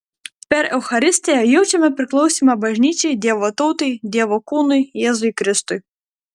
per eucharistiją jaučiame priklausymą bažnyčiai dievo tautai dievo kūnui jėzui kristui